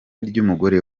ry’umugore